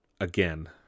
again